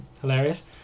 hilarious